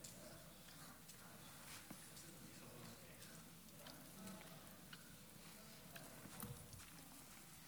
בבקשה.